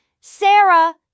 Sarah